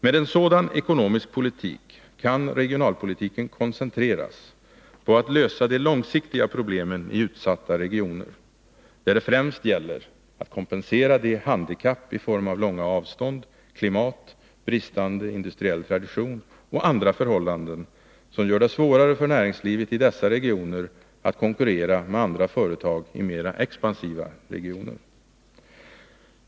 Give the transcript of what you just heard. Med en sådan ekonomisk politik kan regionalpolitiken koncentreras på att lösa de långsiktiga problemen i utsatta regioner — där det främst gäller att kompensera de handikapp i form av långa avstånd, klimat, bristande industriell tradition och andra förhållanden som gör det svårare för näringslivet i dessa regioner att konkurrera med andra företag i mera expansiva regioner.